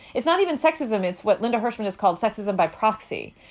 it's not even sexism is what linda hirshman is called, sexism by proxy.